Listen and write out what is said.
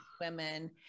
women